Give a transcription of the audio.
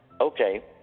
okay